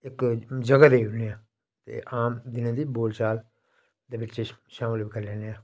इक जगह् दे करने आं ते आम दिनें दी बोलचाल बिच्चें शामल करी लैन्ने आं